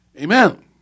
Amen